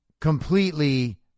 completely